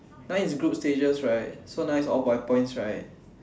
that one is group pages right so now is all by points right